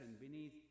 beneath